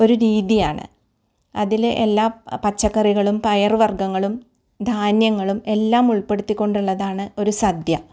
ഒരു രീതിയാണ് അതിൽ എല്ലാ പച്ചക്കറികളും പയറുവർഗ്ഗങ്ങളും ധാന്യങ്ങളും എല്ലാം ഉൾപ്പെടുത്തിക്കൊണ്ടുള്ളതാണ് ഒരു സദ്യ